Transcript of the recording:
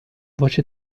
voce